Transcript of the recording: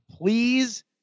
please